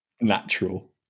natural